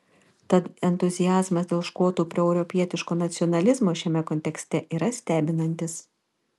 tad entuziazmas dėl škotų proeuropietiško nacionalizmo šiame kontekste yra stebinantis